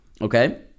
Okay